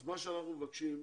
אז מה שאנחנו מבקשים,